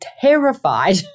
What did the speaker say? terrified